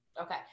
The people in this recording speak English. Okay